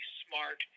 smart